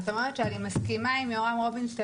זאת אומרת שאני מסכימה עם יורם רובינשטיין